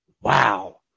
wow